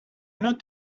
not